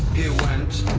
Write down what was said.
he went,